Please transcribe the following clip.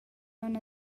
aunc